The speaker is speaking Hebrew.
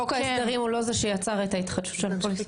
חוק ההסדרים הוא לא זה שיצר את ההתחדשות של הפוליסות.